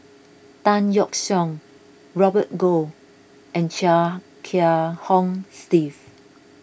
Tan Yeok Seong Robert Goh and Chia Kiah Hong Steve